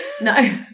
No